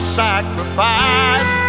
sacrifice